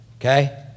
okay